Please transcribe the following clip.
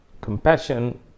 compassion